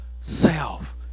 self